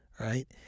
Right